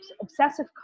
obsessive